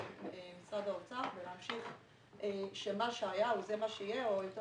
ומשרד האוצר להמשיך שמה שהיה הוא זה מה שיהיה או יותר